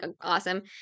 awesome